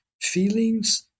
Feelings